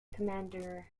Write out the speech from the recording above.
commander